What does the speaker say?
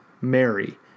Mary